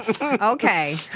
okay